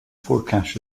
forecast